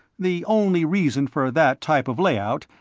the only reason for that type of layout,